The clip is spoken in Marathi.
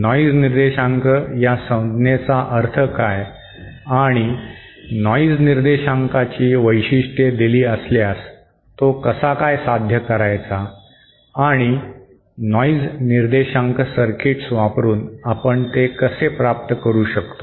नॉंईज निर्देशांक या संज्ञेचा अर्थ काय आणि नॉंईज निर्देशांकची वैशिष्ट्ये दिली असल्यास तो कसा काय साध्य करायचा आणि नॉंईज निर्देशांक सर्किट्स वापरुन आपण ते कसे प्राप्त करू शकतो